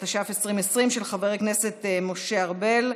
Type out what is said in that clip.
התש"ף 2020, של חבר הכנסת משה ארבל.